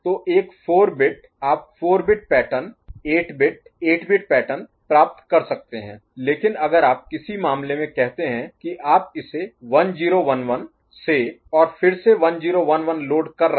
तो एक 4 बिट आप 4 bit pattern 8 bit 8 bit pattern प्राप्त कर सकते हैं लेकिन अगर आप किसी मामले में कहते हैं कि आप इसे 1 0 1 1 से और फिर से 1 0 1 1लोड कर रहे हैं